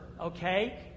okay